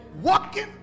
walking